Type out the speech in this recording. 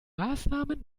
maßnahmen